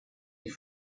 die